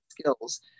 skills